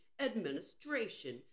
Administration